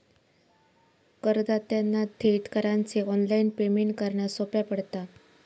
करदात्यांना थेट करांचे ऑनलाइन पेमेंट करना सोप्या पडता